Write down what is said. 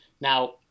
Now